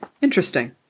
Interesting